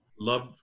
love